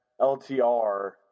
LTR